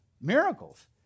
miracles